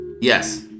Yes